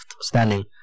standing